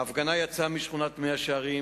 ההפגנה יצאה משכונת מאה-שערים,